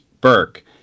Burke